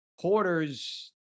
porter's